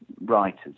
writers